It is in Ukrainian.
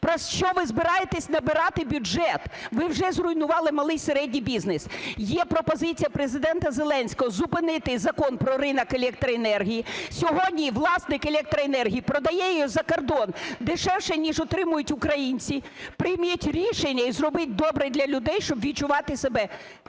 Про… що ви збираєтесь набирати бюджет? Ви вже зруйнували малий і середній бізнес. Є пропозиція Президента Зеленського зупинити Закон "Про ринок електроенергії". Сьогодні власник електроенергії продає її за кордон дешевше, ніж отримують українці. Прийміть рішення і зробіть добре для людей, щоб відчувати себе комфортно